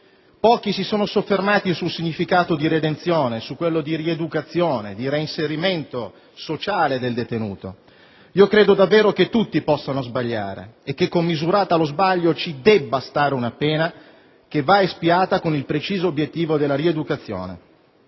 Pochi si sono soffermati sul significato di redenzione, su quello di rieducazione e di reinserimento sociale del detenuto. Credo davvero che tutti possano sbagliare e che, commisurata allo sbaglio, ci debba stare una pena che va espiata con il preciso obiettivo della rieducazione.